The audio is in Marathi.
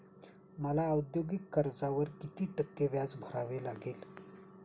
मला औद्योगिक कर्जावर किती टक्के व्याज भरावे लागेल?